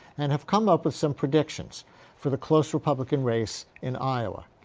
and have come up with some predictions for the close republican race in iowa.